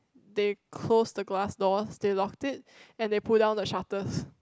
they closed the glass door they locked it and they pull down the shutters